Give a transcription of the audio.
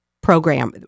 program